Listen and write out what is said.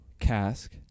Cask